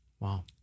Wow